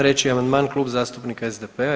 3. amandman Klub zastupnika SDP-a.